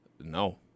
No